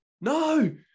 no